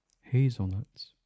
hazelnuts